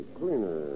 cleaner